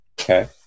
Okay